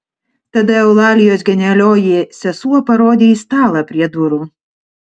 tada eulalijos genialioji sesuo parodė į stalą prie durų